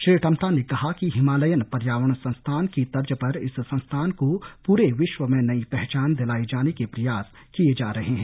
श्री टम्टा ने कहा कि हिमालयन पर्यावरण संस्थान की तर्ज पर इस संस्थान को प्रे विश्व में नई पहचान दिलाये जाने के प्रयास किए जा रहे हैं